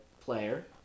player